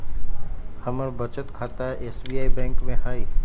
हमर बचत खता एस.बी.आई बैंक में हइ